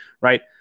right